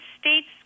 states